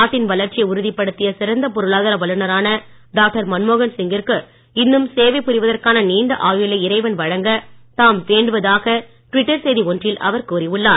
நாட்டின் வளர்ச்சியை உறுதிப்படுத்திய சிறந்த பொருளாதார வல்லுநரான டாக்டர் மன்மோகன் சிங்கிற்கு இன்னும் சேவை புரிவதற்கான நீண்ட ஆயுளை இறைவன் வழங்க தாம் வேண்டுவதாக ட்விட்டர் செய்தி ஒன்றில் அவர் கூறியுள்ளார்